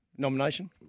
Nomination